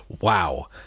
Wow